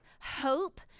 hope